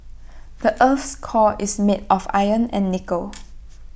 the Earth's core is made of iron and nickel